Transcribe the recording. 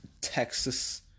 Texas